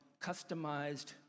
customized